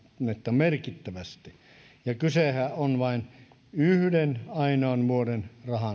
merkittävästi ja kysehän on vain yhden ainoan vuoden rahanmenosta